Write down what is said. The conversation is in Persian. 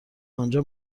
آنجا